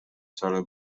salę